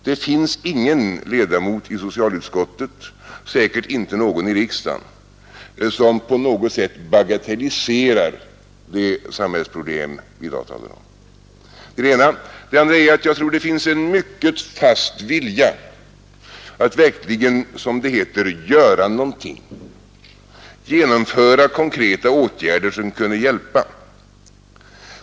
Det finns ingen ledamot i socialutskottet, och säkert inte någon i riksdagen, som på något sätt bagatelliserar de samhällsproblem vi i dag talar om. Jag tror också att det finns en mycket fast vilja att verkligen, som det heter, göra någonting, att genomföra konkreta åtgärder som kunde hjälpa.